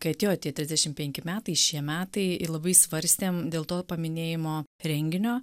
kai atėjo tie trisdešim penki metai šie metai labai svarstėm dėl to paminėjimo renginio